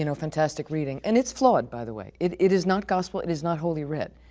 you know fantastic reading and it's flawed, by the way. it it is not gospel, it is not holy read.